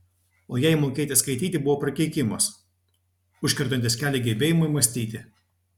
o jai mokėti skaityti buvo prakeikimas užkertantis kelią gebėjimui mąstyti